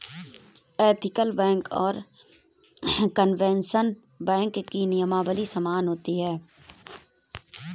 ethical bank और conventional bank की नियमावली समान होती है